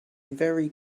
very